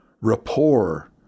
rapport